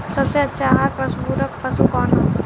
सबसे अच्छा आहार पूरक पशु कौन ह?